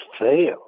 fail